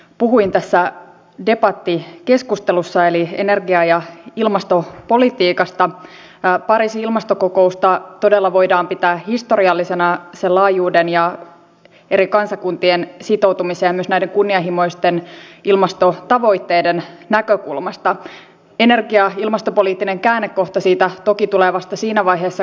hallituksen turvapaikkapoliittisessa ohjelmassa todetaan muun muassa että hallitus selvittää mahdollisuudet maahanmuuttajien sosiaaliturvan muuttamiseksi siten että myönteisen oleskeluluvan saaneet turvapaikanhakijat eivät kuulu asumisperusteisen sosiaaliturvan piiriin ja että turvapaikanhakijoiden tuen taso on alhaisempi kuin muiden ihmisten